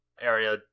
area